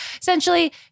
Essentially